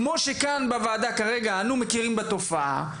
כמו שאנו כאן בוועדה כרגע מכירים בתופעה,